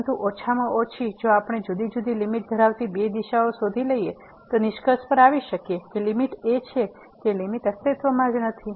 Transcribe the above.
પરંતુ ઓછામાં ઓછી જો આપણે જુદી જુદી લીમીટ ધરાવતી બે દિશાઓ શોધી લઈએ તો નિષ્કર્ષ પર આવી શકીએ કે લીમીટ એ છે કે લીમીટ અસ્તિત્વમાં નથી